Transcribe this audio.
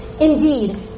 Indeed